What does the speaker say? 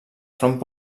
front